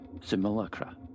simulacra